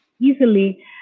easily